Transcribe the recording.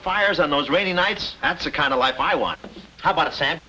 fires on those rainy nights that's a kind of life i want how about a sad